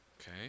okay